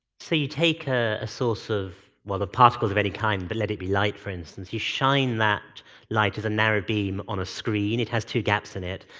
so you take ah a source of, well of particles of any kind, but let it be light, for instance. you shine that light as a narrow beam on a screen it has two gaps in it,